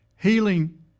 Healing